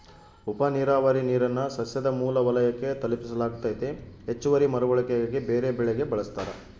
ಉಪನೀರಾವರಿ ನೀರನ್ನು ಸಸ್ಯದ ಮೂಲ ವಲಯಕ್ಕೆ ತಲುಪಿಸಲಾಗ್ತತೆ ಹೆಚ್ಚುವರಿ ಮರುಬಳಕೆಗಾಗಿ ಬೇರೆಬೆಳೆಗೆ ಬಳಸ್ತಾರ